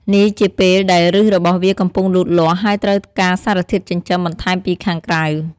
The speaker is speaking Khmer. នេះជាពេលដែលឫសរបស់វាកំពុងលូតលាស់ ហើយត្រូវការសារធាតុចិញ្ចឹមបន្ថែមពីខាងក្រៅ។